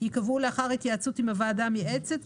ייקבעו לאחר התייעצות עם הוועדה המייעצת,